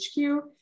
HQ